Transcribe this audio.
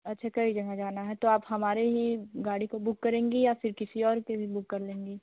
अच्छा कई जगह जाना है तो आप हमारे ही गाड़ी को बुक करेंगी या फ़िर किसी और के भी बुक कर लेंगी